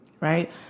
right